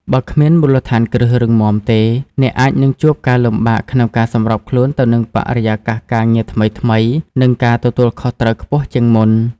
បើគ្មានមូលដ្ឋានគ្រឹះរឹងមាំទេ អ្នកអាចនឹងជួបការលំបាកក្នុងការសម្របខ្លួនទៅនឹងបរិយាកាសការងារថ្មីៗ និងការទទួលខុសត្រូវខ្ពស់ជាងមុន។